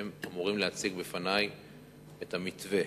והם אמורים להציג בפני את המתווה